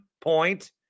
point